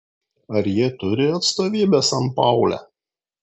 ar jie turi atstovybę sanpaule